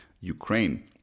Ukraine